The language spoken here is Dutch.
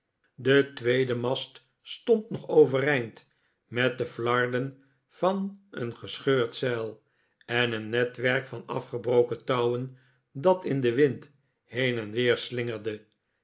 de tweede mast stond nog overeind met de flarden van een gescheurd zeil en een netwerk van afgebroken touwen dat in den wind heen en weer slingerde